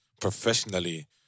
professionally